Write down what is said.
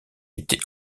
était